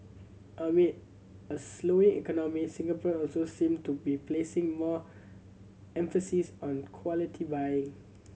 amid a slowing economy Singaporean also seem to be placing more emphasis on quality buying